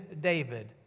David